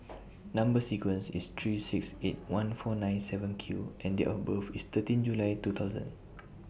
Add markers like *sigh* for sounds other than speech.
*noise* Number sequence IS three six eight one four nine seven Q and Date of birth IS thirteen July two thousand